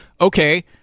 okay